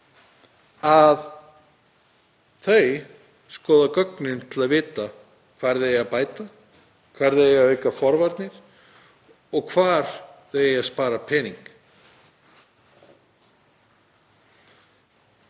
að þau skoða gögnin til að vita hvar þau eigi að bæta, hvar þau eigi að auka forvarnir og hvar þau eigi að spara pening.